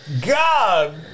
God